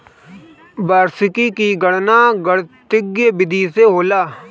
वार्षिकी के गणना गणितीय विधि से होला